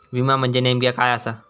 विमा म्हणजे नेमक्या काय आसा?